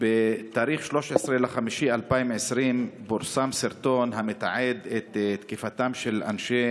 ב-13 במאי 2020 פורסם סרטון המתעד את תקיפתם של אנשי